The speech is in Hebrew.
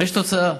ויש תוצאה.